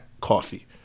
coffee